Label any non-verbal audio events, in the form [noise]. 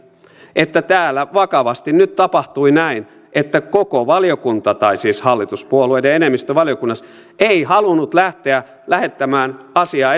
että täällä vakavasti nyt tapahtui näin että koko valiokunta tai siis hallituspuolueiden enemmistö valiokunnassa ei halunnut lähteä lähettämään asiaa [unintelligible]